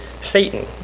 Satan